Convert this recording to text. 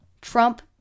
Trump